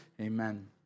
amen